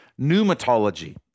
pneumatology